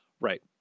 Right